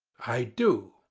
i do.